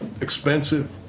expensive